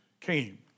came